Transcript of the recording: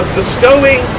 bestowing